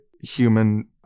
human